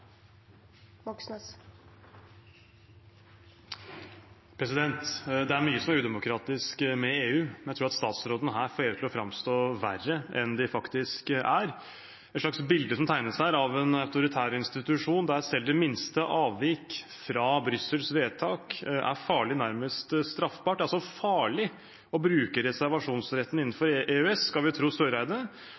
mye som er udemokratisk med EU, men jeg tror at utenriksministeren får EU til å framstå verre enn det faktisk er. Det tegnes et slags bilde av en autoritær institusjon der selv det minste avvik fra Brussels vedtak er farlig, nærmest straffbart. Det er farlig å bruke reservasjonsretten innenfor EØS, skal vi tro Søreide.